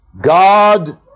God